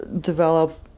develop